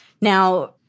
Now